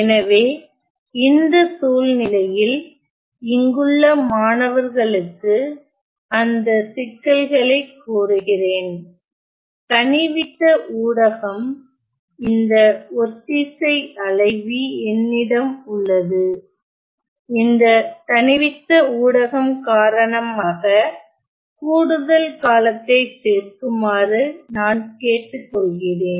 எனவே இந்த சூழ்நிலையில் இங்குள்ள மாணவர்களுக்கு அந்த சிக்கல்களைக் கூறுகிறேன் தணிவித்த ஊடகம் இந்த ஒத்திசை அலைவி என்னிடம் உள்ளது இந்த தணிவித்த ஊடகம் காரணமாக கூடுதல் காலத்தை சேர்க்குமாறு நான் கேட்டுக்கொள்கிறேன்